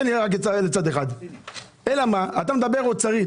אתה מדבר אוצרית,